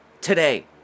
today